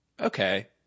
Okay